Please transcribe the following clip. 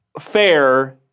fair